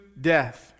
death